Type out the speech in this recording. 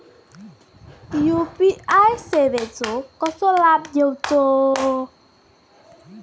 UPI सेवाचो कसो लाभ घेवचो?